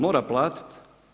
Mora platiti.